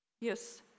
Yes